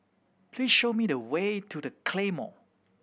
please show me the way to The Claymore